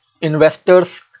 Investors